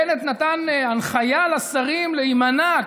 בנט נתן הנחיה לשרים להימנע,